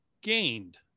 gained